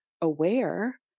aware